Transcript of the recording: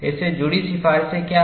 इससे जुड़ी सिफारिशें क्या हैं